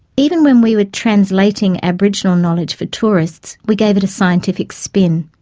even when we were translating aboriginal knowledge for tourists we gave it a scientific spin.